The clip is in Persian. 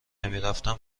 نمیرفتن